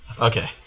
okay